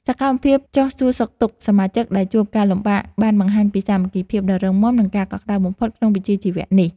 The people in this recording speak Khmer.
សកម្មភាពចុះសួរសុខទុក្ខសមាជិកដែលជួបការលំបាកបានបង្ហាញពីសាមគ្គីភាពដ៏រឹងមាំ និងកក់ក្ដៅបំផុតក្នុងវិជ្ជាជីវៈនេះ។